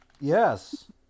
Yes